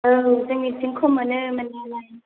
औ जोंनिथिं खम मोनो मोन्नायालाय